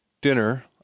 Dinner